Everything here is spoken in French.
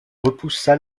repoussa